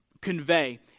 convey